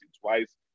twice